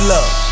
love